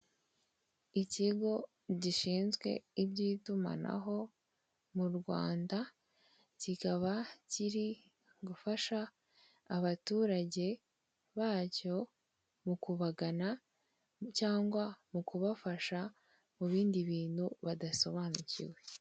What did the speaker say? Ikigo gishinzwe iby'itumanaho mu Rwanda kikaba kiri gufasha abaturage bacyo mu kubagana cyangwa mu kubafasha mu bindi bintu badasobanukiwe.